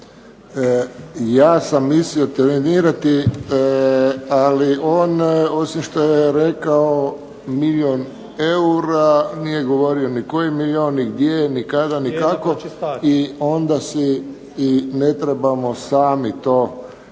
Ja sam mislio trenirati, ali on osim što je rekao milijun eura nije govorio ni koji milijun ni gdje ni kada ni kako i onda si ne trebamo sami to preslikavati